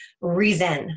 reason